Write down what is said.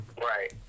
Right